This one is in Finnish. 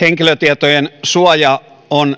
henkilötietojen suoja on